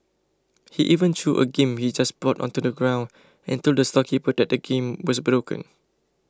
he even threw a game he just bought onto the ground and told the storekeeper that the game was broken